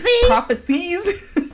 Prophecies